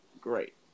great